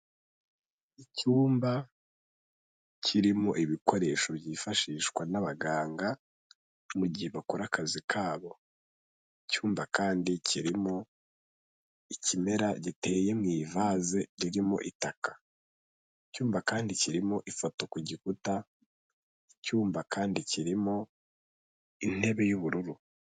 Icyumba kirimo ibikoresho byifashishwa n'abaganga mugihe bakora akazi kabo, icyumba kandi kirimo ikimera giteye mu ivase ririmo itaka, icyumba kandi kirimo ifoto ku gikuta, icyumba kandi kirimo intebe y'ubururu.